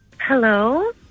hello